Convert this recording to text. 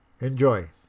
enjoy